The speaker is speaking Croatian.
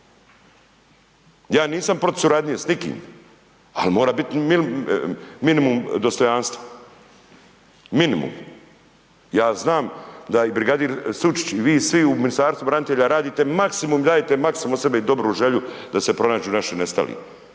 Ja nisam protiv suradnje s nikim. Ali, mora biti minimum dostojanstva. Minimum. Ja znam da je i brigadir Sučić i vi svi u Ministarstvu branitelja radite, radite maksimum od sebe i dobru želju da se pronađu naši nestali,